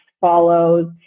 follows